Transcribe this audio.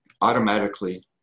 automatically